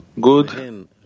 good